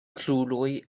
kruroj